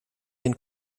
den